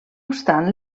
obstant